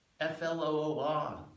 F-L-O-O-R